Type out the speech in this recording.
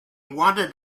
wanted